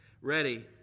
ready